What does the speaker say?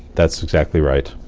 that's exactly right.